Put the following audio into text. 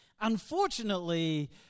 Unfortunately